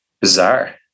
bizarre